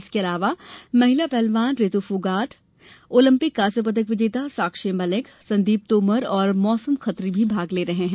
इसके अलावा महिला पहलवान रितु फोगाट ओलंपिक कांस्य पदक विजेता साक्षी मलिक संदीप तोमर और मौसम खत्री भी भाग ले रहे हैं